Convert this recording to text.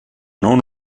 non